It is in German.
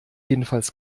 jedenfalls